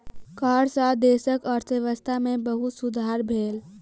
कर सॅ देशक अर्थव्यवस्था में बहुत सुधार भेल